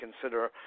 consider